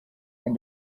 and